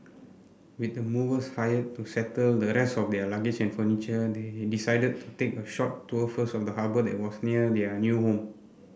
with the movers hired to settle the rest of their luggage and furniture they they decided to take a short tour first of the harbour that was near their new home